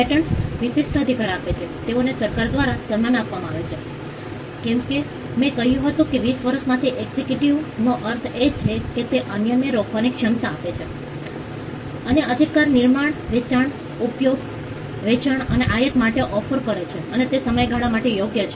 patents વિશિષ્ટ અધિકાર આપે છે તેઓને સરકાર દ્વારા સન્માન આપવામાં આવે છે કેમ કે મેં કહ્યું હતું કે વીસ વર્ષ માંથી એક્સક્લુઝિવિટીનો અર્થ એ છે કે તે અન્યને રોકવાની ક્ષમતા આપે છે અને અધિકાર નિર્માણ વેચાણ ઉપયોગ વેચાણ અને આયાત માટે ઓફર કરે છે અને તે સમયગાળા માટે યોગ્ય છે